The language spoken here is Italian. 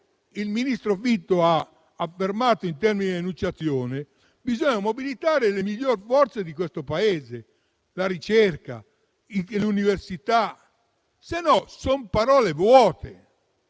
il ministro Fitto ha affermato in termini di enunciazione, bisogna mobilitare le migliori forze di questo Paese, come la ricerca e l'università, altrimenti son parole vuote.